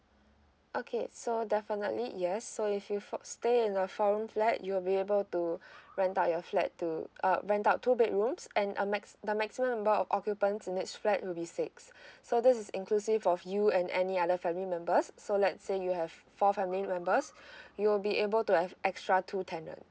okay so definitely yes so if you fo~ stay in a four room flat you'll be able to rent out your flat to uh rent out two bedrooms and a max the maximum number of occupants in this flat will be six so this is inclusive of you and any other family members so let's say you have four family members you'll be able to have extra two tenants